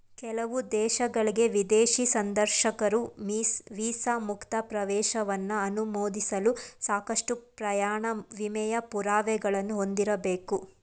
ಕೆಲವು ದೇಶಗಳ್ಗೆ ವಿದೇಶಿ ಸಂದರ್ಶಕರು ವೀಸಾ ಮುಕ್ತ ಪ್ರವೇಶವನ್ನ ಅನುಮೋದಿಸಲು ಸಾಕಷ್ಟು ಪ್ರಯಾಣ ವಿಮೆಯ ಪುರಾವೆಗಳನ್ನ ಹೊಂದಿರಬೇಕು